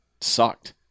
sucked